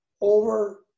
over